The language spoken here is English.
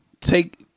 take